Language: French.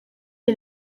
est